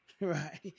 right